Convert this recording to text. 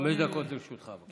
חמש דקות לרשותך, בבקשה.